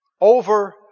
over